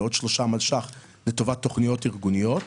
ועוד 3 מיליון שקלים לטובת תכניות ארגוניות.